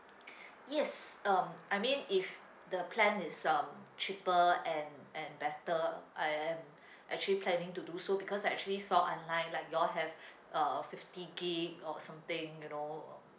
yes um I mean if the plan is um cheaper and and better I actually planning to do so because I actually so online like you all have uh fifty gig or something you know